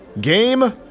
Game